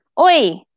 Oi